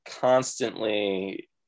constantly